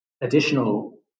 additional